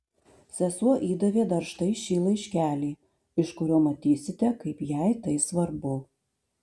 sesuo įdavė dar štai šį laiškelį iš kurio matysite kaip jai tai svarbu